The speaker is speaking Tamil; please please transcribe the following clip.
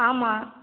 ஆமாம்